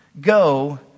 Go